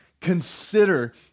consider